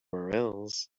urls